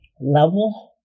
level